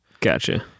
Gotcha